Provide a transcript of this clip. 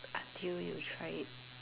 until you tried it